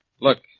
Look